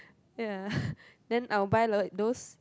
ya then I'll buy like those